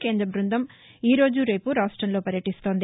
కేంద్ర బృందం ఈరోజు రేపు రాష్టంలో పర్యటిస్తోంది